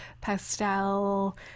pastel